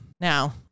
Now